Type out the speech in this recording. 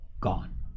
gone